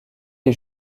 est